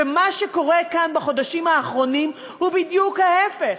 ומה שקורה כאן בחודשים האחרונים הוא בדיוק ההפך.